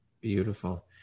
Beautiful